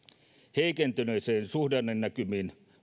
heikentyneisiin suhdannenäkymiin